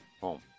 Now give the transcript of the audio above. home